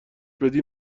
بدی